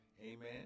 Amen